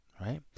right